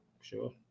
Sure